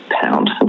pound